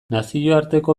nazioarteko